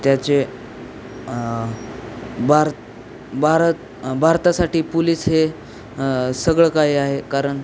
त्याचे बार भारत भारतासाठी पुलीस हे सगळं काही आहे कारण